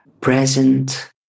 present